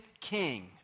king